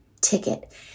ticket